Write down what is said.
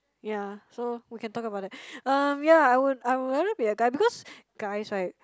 ya so we can talk about it um yeah I would I would rather be a guy because guys [right]